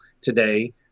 today